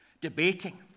debating